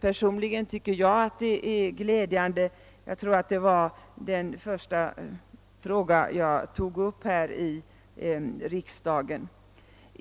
Personligen tycker jag särskilt att det är glädjande därför att detta var den första fråga jag tog upp här i riksdagen.